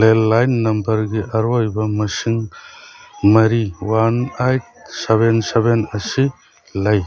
ꯂꯦꯜꯂꯥꯏꯟ ꯅꯝꯕꯔꯒꯤ ꯑꯔꯣꯏꯕ ꯃꯁꯤꯡ ꯃꯔꯤ ꯋꯥꯟ ꯑꯩꯠ ꯁꯕꯦꯟ ꯁꯕꯦꯟ ꯑꯁꯤ ꯂꯩ